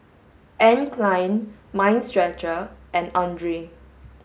Anne Klein Mind Stretcher and Andre